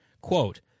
quote